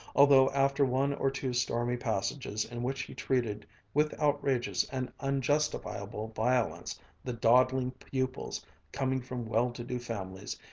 although after one or two stormy passages in which he treated with outrageous and unjustifiable violence the dawdling pupils coming from well-to-do families,